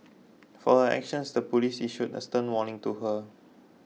for her actions the police issued a stern warning to her